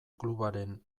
klubaren